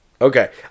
Okay